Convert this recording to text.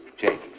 Jake